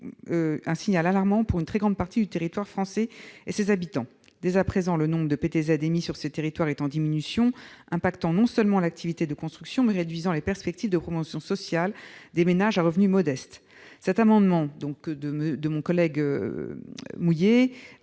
un signal alarmant pour une très grande partie du territoire français et ses habitants. Dès à présent, le nombre de prêts à taux zéro émis sur ces territoires est en diminution, impactant non seulement l'activité de construction, mais réduisant aussi les perspectives de promotion sociale des ménages à revenus modestes.